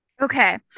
okay